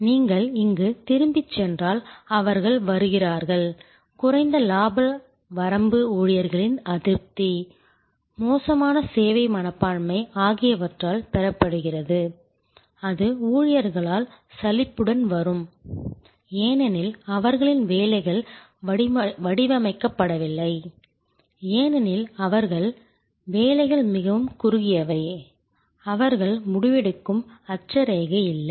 நீங்கள் இங்கு திரும்பிச் சென்றால் அவர்கள் வருகிறார்கள் குறைந்த லாப வரம்பு ஊழியர்களின் அதிருப்தி மோசமான சேவை மனப்பான்மை ஆகியவற்றால் பெறப்படுகிறது அது ஊழியர்களால் சலிப்புடன் வரும் ஏனெனில் அவர்களின் வேலைகள் வடிவமைக்கப்படவில்லை ஏனெனில் அவர்களின் வேலைகள் மிகவும் குறுகியவை அவர்கள் முடிவெடுக்கும் அட்சரேகை இல்லை